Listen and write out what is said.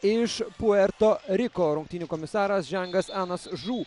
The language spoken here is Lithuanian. iš puerto riko rungtynių komisaras žengas anas žu